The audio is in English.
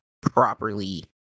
properly